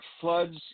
floods